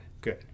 Good